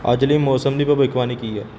ਅੱਜ ਲਈ ਮੌਸਮ ਦੀ ਭਵਿੱਖਬਾਣੀ ਕੀ ਹੈ